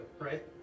right